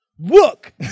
look